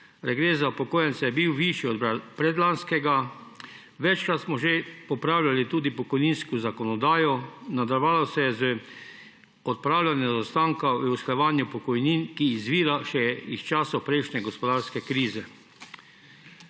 regres za upokojence je bil višji od predlanskega, večkrat smo že popravljali tudi pokojninsko zakonodajo, nadaljevalo se je z odpravljanjem zaostanka v usklajevanju pokojnin, ki izvira še iz časov prejšnje gospodarske krize.